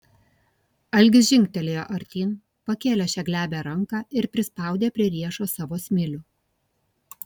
algis žingtelėjo artyn pakėlė šią glebią ranką ir prispaudė prie riešo savo smilių